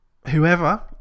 whoever